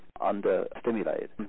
under-stimulated